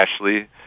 Ashley